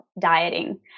dieting